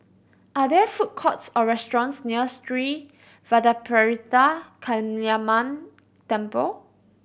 are there food courts or restaurants near Sri Vadapathira Kaliamman Temple